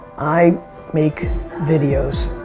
i make videos.